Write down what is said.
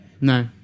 no